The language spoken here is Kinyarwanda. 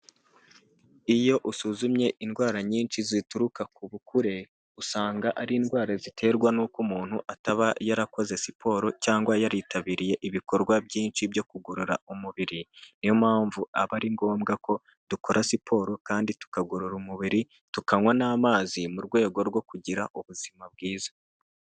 Iyo usuzumye indwara nyinshi zituruka ku bukure, usanga ari indwara ziterwa n'uko umuntu ataba yarakoze siporo, cyangwa yaritabiriye ibikorwa byinshi byo kugorora umubiri, niyo mpamvu aba ari ngombwa ko dukora siporo kandi tukagorora, umubiri tukanywa n'amazi mu rwego rwo kugira ubuzima bwiza.